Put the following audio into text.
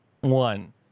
one